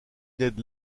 ned